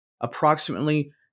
approximately